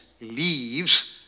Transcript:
leaves